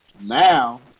Now